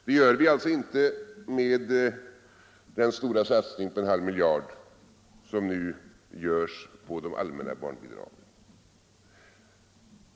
Det gör vi inte med denna satsning av en halv miljard på de allmänna barnbidragen.